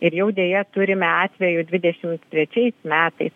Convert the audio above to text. ir jau deja turime atvejų dvidešim trečiais metais